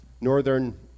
northern